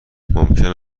ممکن